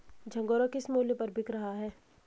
झंगोरा किस मूल्य पर बिक रहा है?